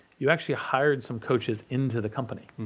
you actually hired some coaches into the company.